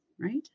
right